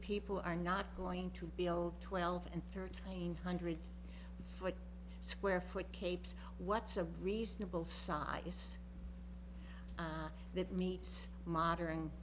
people are not going to feel twelve and thirteen hundred foot square foot capes what's a reasonable size that meets modern